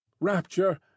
rapture